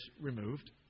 removed